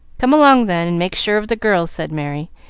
come along, then, and make sure of the girls, said merry,